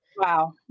Wow